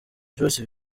byose